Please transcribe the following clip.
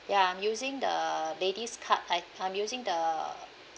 ya I'm using the ladies card I I'm using the